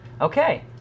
Okay